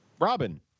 robin